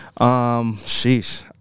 Sheesh